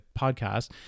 podcast